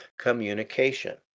communication